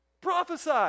Prophesy